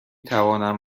توانم